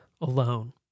alone